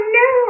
no